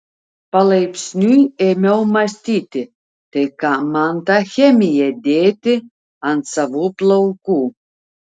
palaipsniui ėmiau mąstyti tai kam man tą chemiją dėti ant savų plaukų